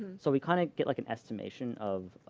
so we kind of get like an estimation of